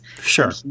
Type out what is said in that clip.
Sure